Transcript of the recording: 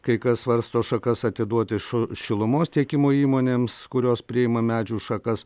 kai kas svarsto šakas atiduot į šu šilumos tiekimo įmonėms kurios priima medžių šakas